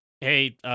hey